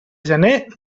gener